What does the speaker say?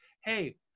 hey